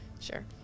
sure